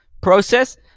process